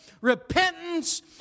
repentance